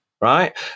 right